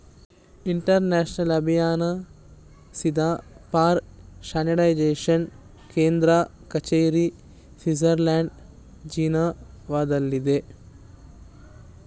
international ಅಭಿನಯಿಸಿದ for standardisation ಕೇಂದ್ರ ಕಚೇರಿ ಸ್ವಿಡ್ಜರ್ಲ್ಯಾಂಡ್ ಜಿನೀವಾದಲ್ಲಿದೆ